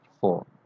four